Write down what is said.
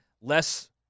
less